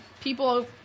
People